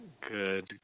Good